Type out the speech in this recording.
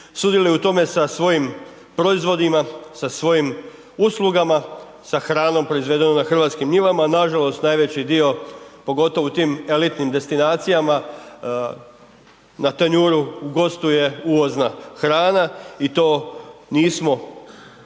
sudjeluju u tome sa svojim proizvodima, sa svojim uslugama, sa hranom proizvedenom na hrvatskim njivama. Nažalost najveći dio pogotovo u tim elitnim destinacijama na tanjuru gostuje uvozna hrana i to nismo iskoristili